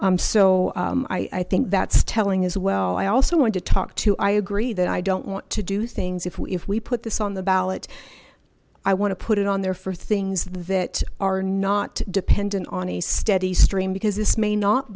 so i think that's telling as well i also want to talk to i agree that i don't want to do things if we put this on the ballot i want to put it on there for things that are not dependent on a steady stream because this may not